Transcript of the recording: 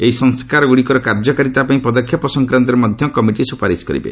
ଏହି ସଂସ୍କାରଗୁଡ଼ିକର କାର୍ଯ୍ୟକାରିତା ପାଇଁ ପଦକ୍ଷେପ ସଂକ୍ରାନ୍ତରେ ମଧ୍ୟ କମିଟି ସୁପାରିଶ କରିବ